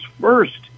first